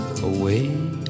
away